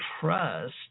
trust